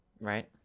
right